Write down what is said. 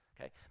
okay